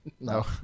No